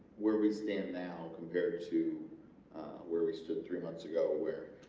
where we stand now compared to where we stood three months ago where